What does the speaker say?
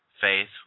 faith